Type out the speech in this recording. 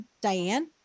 Diane